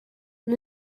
and